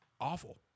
awful